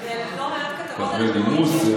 בנימוס,